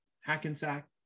Hackensack